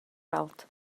weld